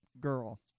girl